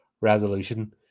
resolution